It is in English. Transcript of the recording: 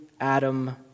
Adam